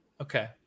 Okay